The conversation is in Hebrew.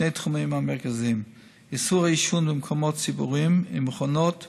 בשני תחומים מרכזיים: איסור העישון במקומות ציבוריים ומכונות